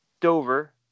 dover